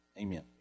amen